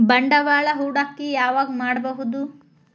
ಬಂಡವಾಳ ಹೂಡಕಿ ಯಾವಾಗ್ ಮಾಡ್ಬಹುದು?